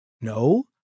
No